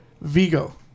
Vigo